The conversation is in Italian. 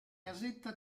casetta